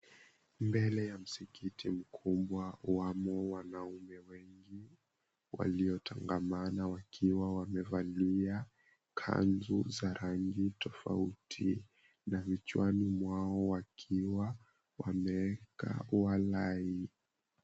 Mbele ya msikiti mkubwa wamo wanaume wengi waliotangamana wakiwa wamevalia kanzu za rangi tofauti na vichwani mwao wakiwa wameweka walai.